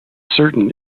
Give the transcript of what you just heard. certain